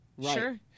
Sure